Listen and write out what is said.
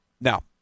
now